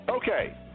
Okay